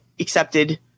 accepted